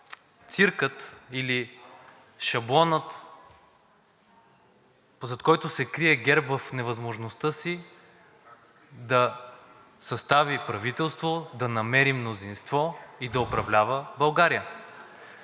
циркът или шаблонът, зад който се крие ГЕРБ в невъзможността си да състави правителство, да намери мнозинство и да управлява България.